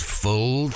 full